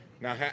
Now